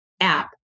app